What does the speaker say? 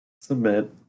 Submit